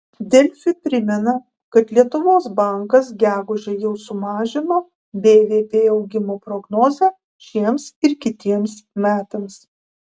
delfi primena kad lietuvos bankas gegužę jau sumažino bvp augimo prognozę šiems ir kitiems metams